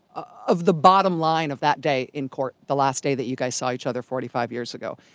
of the bottom line of that day in court, the last day that you guys saw each other forty five years ago.